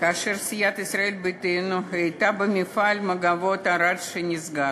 סיעת ישראל ביתנו הייתה במפעל "מגבות ערד" שנסגר.